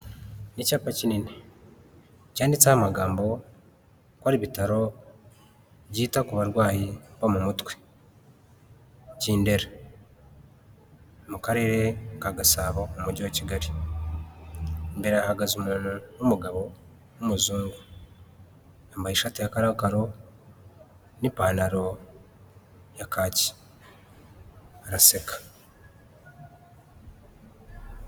Icyapa kinini cyanditseho amagambo ko ari ibitaro byita ku barwayi bo mu mutwe cy'indera mu karere ka Gasabo, umujyi wa Kigali, imbere hahagaze umuntu w'umugabo w'umuzungu, yambaye ishati ya karokaro n'ipantaro ya kaki, araseka.